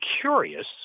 curious